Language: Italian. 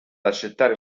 accettare